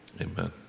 Amen